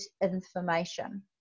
information